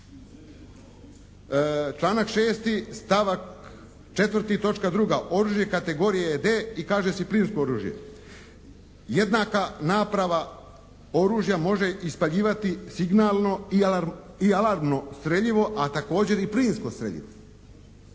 Članak 6., stavak 4. točka 2.: «Oružje kategorije D i kaže se plinsko oružje». Jednaka naprava oružja može ispaljivati signalno i alarmno streljivo a također i plinsko streljivo.